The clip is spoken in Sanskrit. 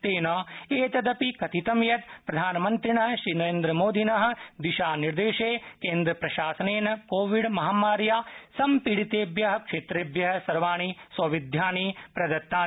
तेन एतदपि कथितं यत् प्रधानमन्त्रिण मोदिन दिशानिर्देशै केन्द्रशासनेन कोविड महामार्या संपीडितेभ्य क्षेत्रेभ्य सर्वाणि सौविध्यानि प्रदत्तानि